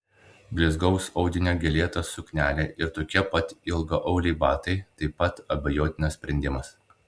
blizgaus audinio gėlėta suknelė ir tokie pat ilgaauliai batai taip pat abejotinas sprendimas